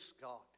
God